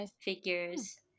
figures